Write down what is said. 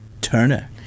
Turner